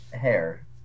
hair